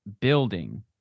building